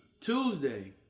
Tuesday